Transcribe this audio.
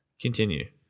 continue